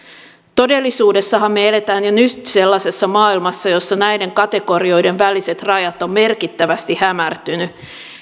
todellisuudessahan me elämme jo nyt sellaisessa maailmassa jossa näiden kategorioiden väliset rajat ovat merkittävästi hämärtyneet